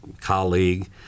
colleague